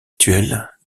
actuels